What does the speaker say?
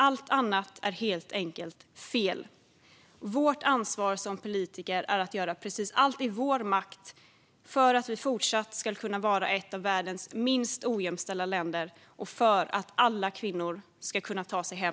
Allt annat är helt enkelt fel. Vårt ansvar som politiker är att göra precis allt som står i vår makt för att vi fortsatt ska kunna vara ett av världens minst ojämställda länder och för att alla kvinnor ska kunna ta sig hem.